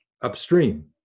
upstream